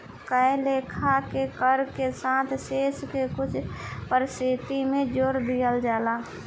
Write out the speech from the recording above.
कए लेखा के कर के साथ शेष के कुछ प्रतिशत भी जोर दिहल जाला